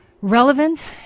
relevant